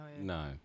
No